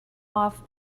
off